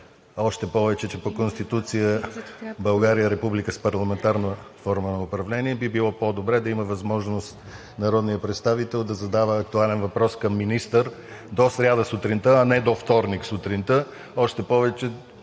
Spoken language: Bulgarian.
подобряване. По Конституция България е република с парламентарна форма на управление и би било по-добре да има възможност народният представител да задава актуален въпрос към министър до сряда сутринта, а не до вторник сутринта, още повече,